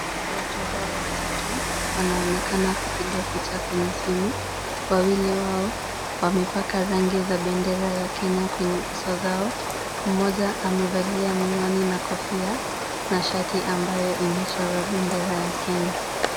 Watu hawa watatu wanaonekana kupiga picha kwenye simu. Wawili wao wamepaka rangi za bendera ya Kenya kwenye uso zao. Mmoja amevalia miwani na kofia na shati ambayo imechorwa bendera ya Kenya.